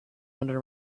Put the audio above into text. under